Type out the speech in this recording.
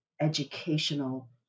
educational